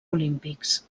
olímpics